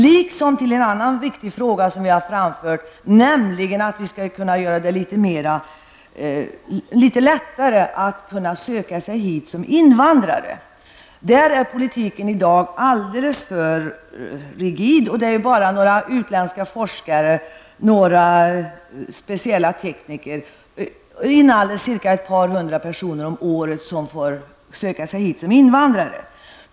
Detsamma gäller en annan viktig fråga som vi har framfört, att vi skulle kunna göra det litet lättare att söka sig hit som invandrare. Där är politiken i dag alldeles för rigid. Det är bara några utländska forskare och speciella tekniker, inalles ett par hundra personer om året, som får söka sig hit som invandrare.